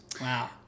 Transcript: Wow